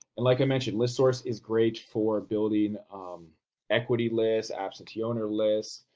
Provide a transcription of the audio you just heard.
and like i mentioned, listsource is great for building um equity lists, absentee owner lists,